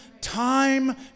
time